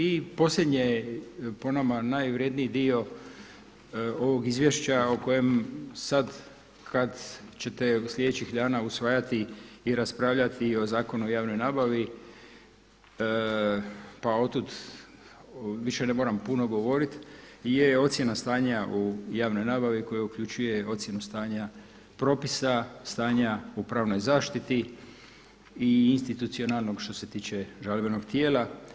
I posljednje po nama najvrjedniji dio ovog izvješća o kojem sada kada ćete sljedećih dana usvajati i raspravljati o Zakonu o javnoj nabavi pa od tud više ne moram puno govorit je ocjena stanja u javnoj nabavi koja uključuje ocjenu stanja propisa, stanja u pravnoj zaštiti i institucionalnog što se tiče žalbenog tijela.